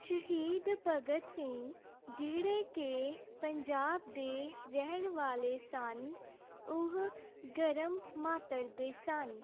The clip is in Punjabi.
ਸ਼ਹੀਦ ਭਗਤ ਸਿੰਘ ਜਿਹੜੇ ਕਿ ਪੰਜਾਬ ਦੇ ਰਹਿਣ ਵਾਲੇ ਸਨ ਉਹ ਗਰਮ ਮਾਤਰ ਦੇ ਸਨ